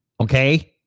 Okay